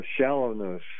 shallowness